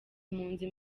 mpunzi